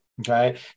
Okay